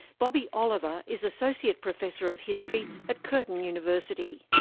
bobbie oliver is associate professor of history at curtin university.